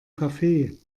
kaffee